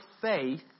faith